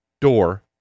door